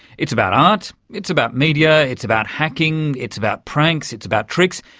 it's about art, it's about media, it's about hacking, it's about pranks, it's about tricks.